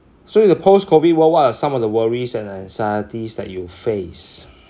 so in the post COVID world what are some of the worries and anxieties that you face